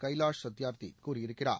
கைவாஷ் சத்தியார்த்தி கூறியிருக்கிறார்